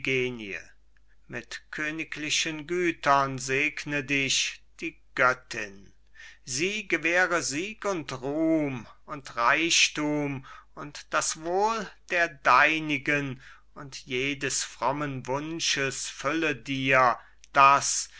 mit königlichen gütern segne dich die göttin sie gewähre sieg und ruhm und reichthum und das wohl der deinigen und jedes frommen wunsches fülle dir daß